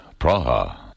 Praha